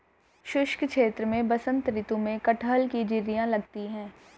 शुष्क क्षेत्र में बसंत ऋतु में कटहल की जिरीयां लगती है